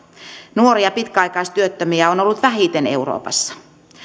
nuoria pitkäaikaistyöttömiä on ollut täällä vähiten euroopassa